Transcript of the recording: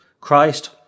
Christ